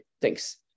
thanks